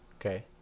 Okay